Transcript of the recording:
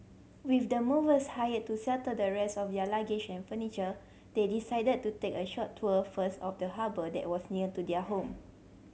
with the movers hired to settle the rest of their luggage and furniture they decided to take a short tour first of the harbour that was near to their home